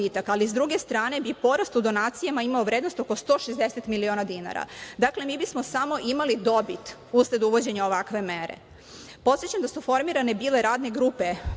ali s druge strane bi porast u donacijama imao vrednost oko 160 miliona dinara. Dakle, mi bismo samo imali dobit usled uvođenja ovakve mere. Podsećam da su bile formirane radne grupe